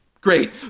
Great